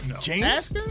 James